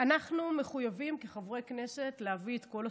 אנחנו מחויבים כחברי כנסת להביא את כל הסיפור,